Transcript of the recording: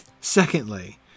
Secondly